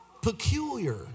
Peculiar